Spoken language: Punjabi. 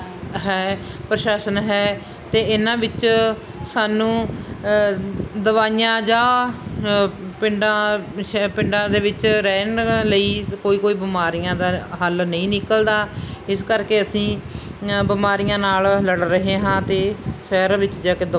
ਹੈ ਪ੍ਰਸ਼ਾਸਨ ਹੈ ਅਤੇ ਇਹਨਾਂ ਵਿੱਚ ਸਾਨੂੰ ਦਵਾਈਆਂ ਜਾਂ ਪਿੰਡਾਂ ਸ਼ ਪਿੰਡਾਂ ਦੇ ਵਿੱਚ ਰਹਿਣ ਲਈ ਕੋਈ ਕੋਈ ਬਿਮਾਰੀਆਂ ਦਾ ਹੱਲ ਨਹੀਂ ਨਿਕਲਦਾ ਇਸ ਕਰਕੇ ਅਸੀਂ ਬਿਮਾਰੀਆਂ ਨਾਲ ਲੜ ਰਹੇ ਹਾਂ ਅਤੇ ਸ਼ਹਿਰ ਵਿੱਚ ਜਾ ਕੇ ਦੋ